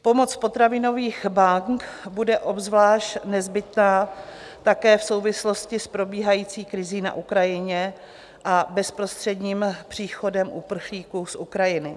Pomoc potravinových bank bude obzvlášť nezbytná také v souvislosti s probíhající krizí na Ukrajině a bezprostředním příchodem uprchlíků z Ukrajiny.